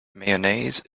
mayonnaise